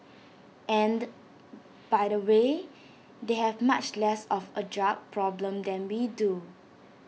and by the way they have much less of A drug problem than we do